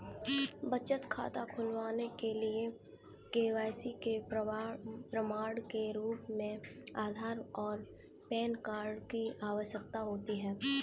बचत खाता खोलने के लिए के.वाई.सी के प्रमाण के रूप में आधार और पैन कार्ड की आवश्यकता होती है